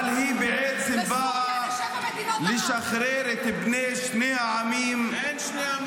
-- אבל היא בעצם באה לשחרר את בני שני העמים -- אין שני עמים.